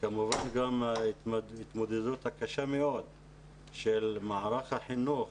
כמובן גם ההתמודדות הקשה מאוד של מערך החינוך,